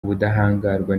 ubudahangarwa